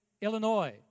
Illinois